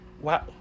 Wow